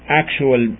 actual